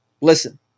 listen